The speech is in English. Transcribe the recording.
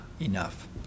enough